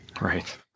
Right